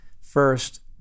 first